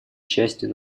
частью